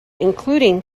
including